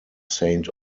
saint